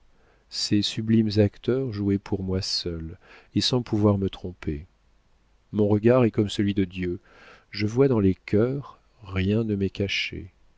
ces sublimes acteurs jouaient pour moi seul et sans pouvoir me tromper mon regard est comme celui de dieu je vois dans les cœurs rien ne m'est caché